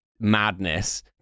madness